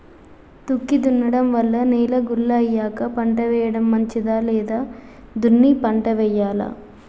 దుక్కి దున్నడం వల్ల నేల గుల్ల అయ్యాక పంట వేయడం మంచిదా లేదా దున్ని పంట వెయ్యాలా?